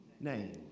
name